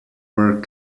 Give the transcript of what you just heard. were